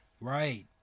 right